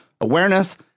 awareness